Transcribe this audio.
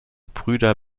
brüder